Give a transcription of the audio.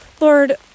Lord